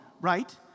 right